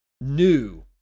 new